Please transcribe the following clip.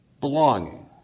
belonging